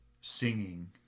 singing